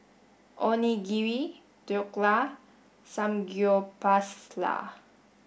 Onigiri Dhokla and Samgyeopsal